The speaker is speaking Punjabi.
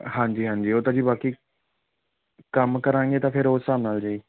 ਹਾਂਜੀ ਹਾਂਜੀ ਉਹ ਤਾਂ ਜੀ ਬਾਕੀ ਕੰਮ ਕਰਾਂਗੇ ਤਾਂ ਫਿਰ ਉਸ ਹਿਸਾਬ ਨਾਲ ਜੀ